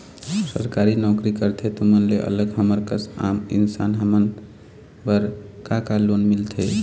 सरकारी नोकरी करथे तुमन ले अलग हमर कस आम इंसान हमन बर का का लोन मिलथे?